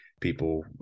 people